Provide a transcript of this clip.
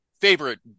favorite